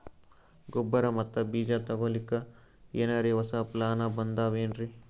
ಗೊಬ್ಬರ ಮತ್ತ ಬೀಜ ತೊಗೊಲಿಕ್ಕ ಎನರೆ ಹೊಸಾ ಪ್ಲಾನ ಬಂದಾವೆನ್ರಿ?